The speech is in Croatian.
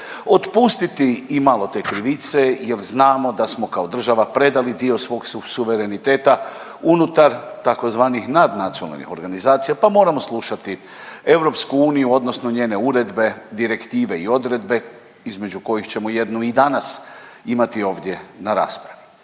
otpustiti i malo te krivice jel znamo da smo kao država predali dio svog suvereniteta unutar tzv. nadnacionalnih organizacija, pa moramo slušati EU odnosno njene uredbe, direktive i odredbe između kojih ćemo jednu i danas imati ovdje na raspravi.